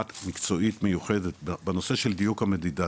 מקצועית מיוחדת בנושא של דיוק המדידה.